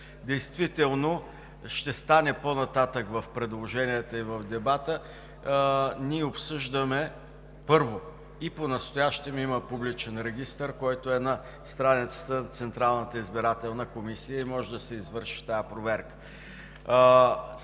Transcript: действително ще стане по-нататък в предложенията и в дебата, а първо го обсъждаме. И понастоящем има публичен регистър, който е на страницата на Централната избирателна комисия и може да се извърши тази проверка.